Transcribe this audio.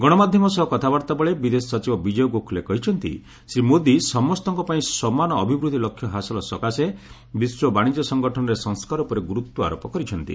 ଗଣମାଧ୍ୟମ ସହ କଥାବାର୍ତ୍ତା ବେଳେ ବିଦେଶ ସଚିବ ବିଜୟ ଗୋଖ୍ଲେ କହିଛନ୍ତି ଶ୍ରୀ ମୋଦି ସମସ୍ତଙ୍କ ପାଇଁ ସମାନ ଅଭିବୃଦ୍ଧି ଲକ୍ଷ୍ୟ ହାସଲ ସକାଶେ ବିଶ୍ୱ ବାଶିଜ୍ୟ ସଂଗଠନରେ ସଂସ୍କାର ଉପରେ ଗୁରୁତ୍ୱ ଆରୋପ କରିଛନ୍ତି